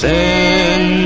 Send